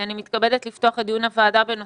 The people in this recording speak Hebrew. אני מתכבדת לפתוח את ישיבת הוועדה המיוחדת לעניין נגיף